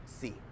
see